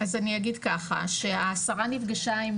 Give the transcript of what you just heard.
אז אני אגיד ככה, השרה נפגשה עם